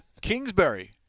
Kingsbury